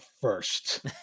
first